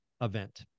event